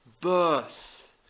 birth